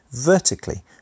vertically